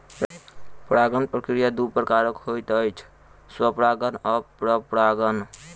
परागण प्रक्रिया दू प्रकारक होइत अछि, स्वपरागण आ परपरागण